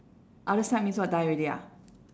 other side means what die already ah